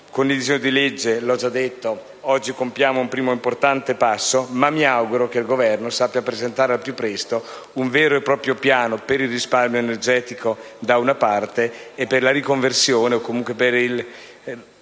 Con il disegno di legge al nostro esame - ripeto - oggi compiamo un primo importante passo, ma mi auguro che il Governo presenti al più presto un vero e proprio piano per il risparmio energetico, da una parte, e per la riconversione o comunque